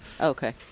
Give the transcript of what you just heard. Okay